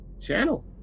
channel